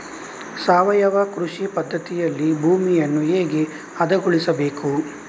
ಸಾವಯವ ಕೃಷಿ ಪದ್ಧತಿಯಲ್ಲಿ ಭೂಮಿಯನ್ನು ಹೇಗೆ ಹದಗೊಳಿಸಬೇಕು?